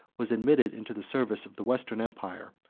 was admitted into the service of the western empire,